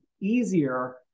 easier